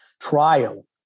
trial